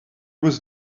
was